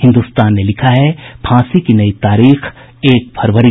हिन्दुस्तान ने लिखा है फांसी की नई तारीख एक फरवरी